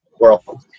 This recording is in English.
world